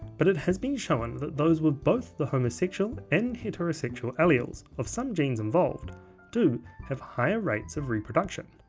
but it has been shown that those with both the homosexual and heterosexual alleles of some genes involved do have higher rates of reproduction,